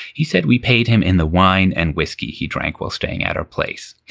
he said we paid him in the wine and whiskey. he drank while staying at our place.